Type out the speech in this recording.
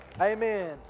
Amen